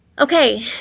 Okay